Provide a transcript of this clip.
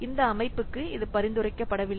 இந்த அமைப்புக்கு இது பரிந்துரைக்கப்படவில்லை